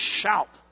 shout